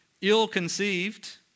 ill-conceived